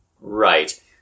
Right